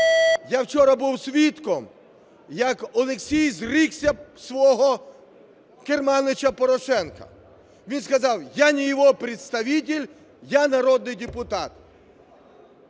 Я вчора був свідком, як Олексій зрікся свого керманича Порошенка. Він сказав: я не его представитель, я народный депутат.